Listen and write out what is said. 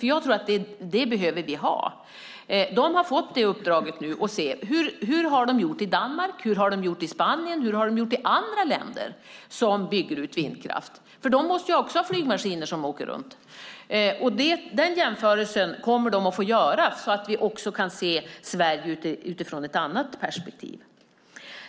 Jag tror nämligen att vi behöver ha det. De har fått detta uppdrag för att se hur man har gjort i Danmark, i Spanien och i andra länder som bygger ut vindkraft. Dessa länder måste nämligen också ha flygmaskiner som åker runt. Denna jämförelse kommer man att få göra så att vi också kan se Sverige ur ett annat perspektiv.